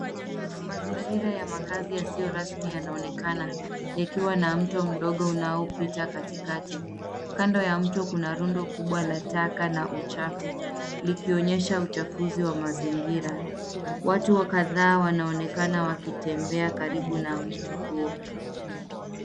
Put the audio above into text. Mazingira ya makazi yasio rasmi yanaonekana yakiwa na mto mdogo unaopita katikati, kando ya mto kuna rundu kubwa la taka na uchafu likionyesha uchafusi wa mazingira, watu kataa wanaonekana wakitembea karibu na mto huo.